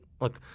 look